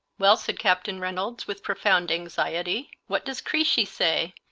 well, said captain reynolds, with profound anxiety, what does creeshie say?